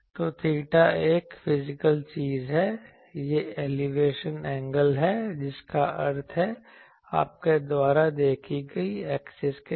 तो थीटा एक फिजिकल चीज है यह एलिवेशन एंगल है जिसका अर्थ है आपके द्वारा देखी गई एक्सिस के साथ